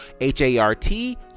H-A-R-T